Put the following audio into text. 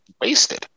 wasted